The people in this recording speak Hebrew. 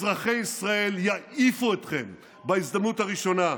אזרחי ישראל יעיפו אתכם בהזדמנות הראשונה,